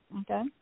okay